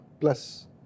plus